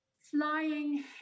flying